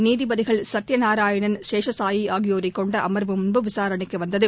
நீதிபதிகள் சத்தியநாராயணன் சேஷசாயி ஆகியோரைக் கொண்ட அமர்வு முன்பு விசாரணைக்கு வந்தது